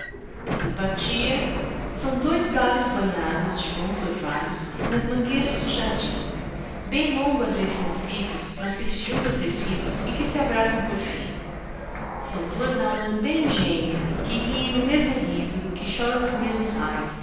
simpatia são dois galhos banhados de bons orvalhos nas mangueiras do jardim bem longo às vezes nascidos mas que se juntam crescidos e que se abraçam por fim são duas almas bem gêmeas que riem no mesmo riso que choram nos mesmos ais